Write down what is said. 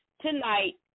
tonight